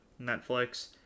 Netflix